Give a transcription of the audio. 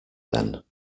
then